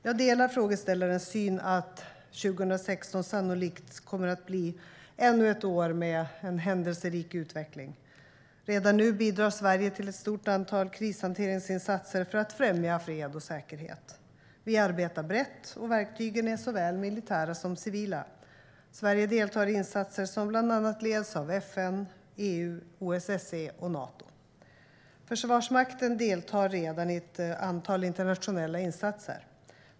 Jag delar frågeställarens syn att 2016 sannolikt kommer att bli ännu ett år med en händelserik utveckling. Redan nu bidrar Sverige till ett stort antal krishanteringsinsatser för att främja fred och säkerhet. Vi arbetar brett, och verktygen är såväl militära som civila. Sverige deltar i insatser som bland annat leds av FN, EU, OSSE och Nato. Försvarsmakten deltar redan i ett antal internationella insatser.